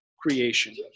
creation